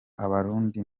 abarundi